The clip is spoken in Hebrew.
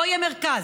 לא יהיה מרכז.